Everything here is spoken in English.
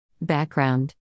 Background